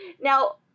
Now